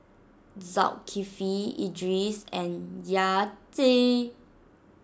Zulkifli Idris and Yati